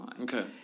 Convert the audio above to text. Okay